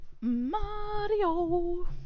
Mario